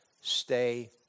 Stay